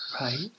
Right